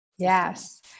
Yes